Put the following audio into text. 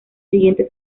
siguiente